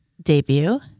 debut